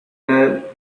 the